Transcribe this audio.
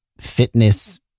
fitness